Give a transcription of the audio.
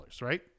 right